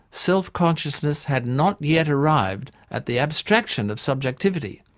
self-consciousness had not yet arrived at the abstraction of subjectivity,